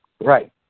Right